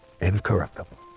incorruptible